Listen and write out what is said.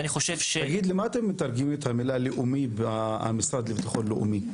למה אתם מתרגמים את המילה "לאומי" במשרד לביטחון לאומי?